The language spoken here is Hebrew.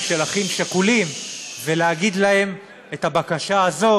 של אחים שכולים ולהגיד להם: את הבקשה הזו